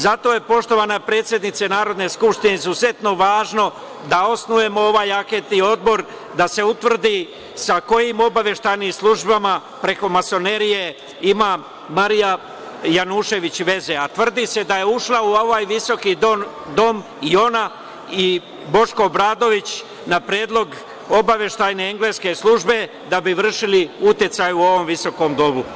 Zato je poštovana predsednice Narodne skupštine izuzetno važno da osnujemo ovaj anketni odbor, da se utvrdi sa kojim obaveštajnim službama, preko masonerije ima Marija Janjušević veze, a tvrdi se da je ušla u ovaj visoki dom i ona i Boško Obradović na predlog obaveštajne engleske službe da bi vršili uticaj u ovom visokom domu.